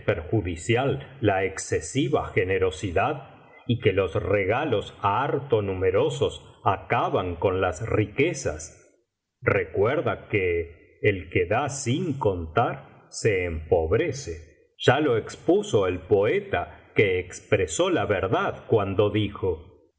perjudicial la excesiva generosidad y que los regalos harto numerosos acaban con las riquezas recuerda que el que da sin contar se empobrece ya lo expuso el poeta que expresó la verdad cuando dijo mi